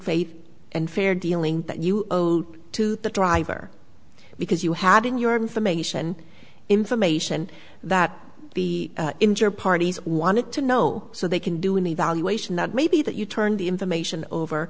faith and fair dealing that you owed to the driver because you had in your information information that the injured parties wanted to know so they can do an evaluation that may be that you turn the information over